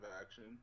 action